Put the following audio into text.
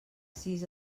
sis